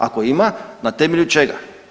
Ako ima na temelju čega?